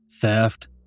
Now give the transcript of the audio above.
theft